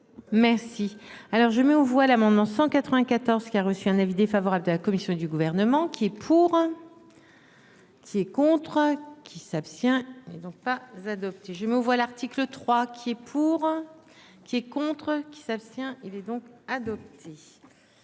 Merci alors je mets aux voix l'amendement 194 qui a reçu un avis défavorable de la commission du gouvernement qui est pour. Qui est contre qui s'abstient et donc pas adoptée, je mets voix l'article 3 qui est pour. Qui est contre qui s'abstient. Il est donc adopté.